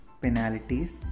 penalties